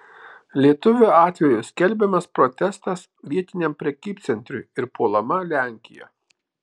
lietuvio atveju skelbiamas protestas vietiniam prekybcentriui ir puolama lenkija